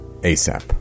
ASAP